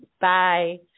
Bye